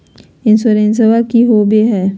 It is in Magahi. इंसोरेंसबा की होंबई हय?